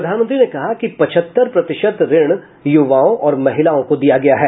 प्रधानमंत्री ने कहा कि पचहत्तर प्रतिशत ऋण युवाओं और महिलाओं को दिया गया है